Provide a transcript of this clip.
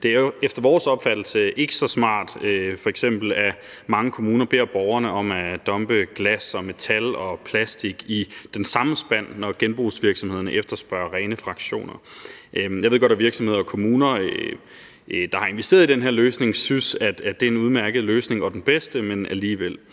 Det er jo efter vores opfattelse f.eks. ikke så smart, at mange kommuner beder borgerne om at dumpe glas og metal og plastik i den samme spand, når genbrugsvirksomhederne efterspørger rene fraktioner. Jeg ved godt, at virksomheder og kommuner, der har investeret i den her løsning, synes, at det er en udmærket løsning og den bedste, men alligevel.